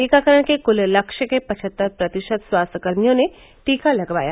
टीकाकरण के कुल लक्ष्य के पचहत्तर प्रतिशत स्वास्थ्यकर्मियों ने टीका लगवाया